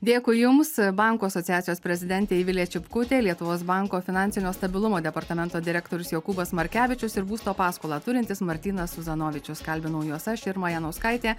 dėkui jums banko asociacijos prezidentė eivilė čipkutė lietuvos banko finansinio stabilumo departamento direktorius jokūbas markevičius ir būsto paskolą turintis martynas suzanovičius kalbinau juos aš irma janauskaitė